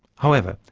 however,